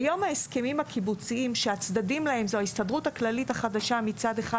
כיום ההסכמים הקיבוציים שהצדדים להם זו ההסתדרות הכללית החדשה מצד אחד,